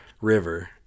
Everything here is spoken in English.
river